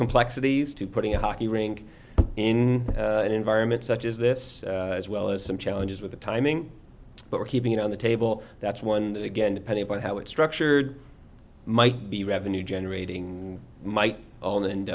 complexities to putting a hockey rink in an environment such as this as well as some challenges with the timing but we're keeping it on the table that's one again depending on how it's structured might be revenue generating might own and